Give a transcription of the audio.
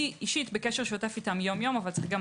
אני אישית בקשר שוטף איתם ביום יום אבל צריך לקבל